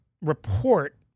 report